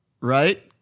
right